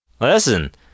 Listen